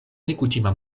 nekutima